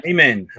Amen